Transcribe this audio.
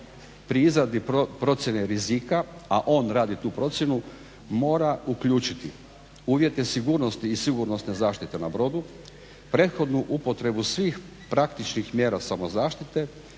pri izradbi procjene rizika, a on radi tu procjenu, mora uključiti uvjete sigurnosti i sigurnosne zaštite na brodu, prethodnu upotrebu svih praktičnih mjera samozaštite,